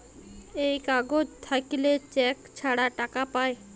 এই কাগজ থাকল্যে চেক ছাড়া টাকা পায়